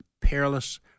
perilous